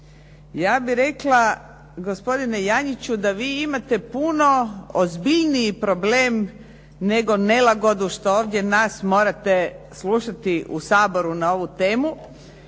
Ja bi rekla gospodine Janjiću da vi imate puno ozbiljniji problem nego nelagodu što ovdje nas morate slušati u Saboru na ovu temu.